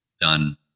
done